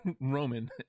roman